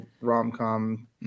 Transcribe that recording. rom-com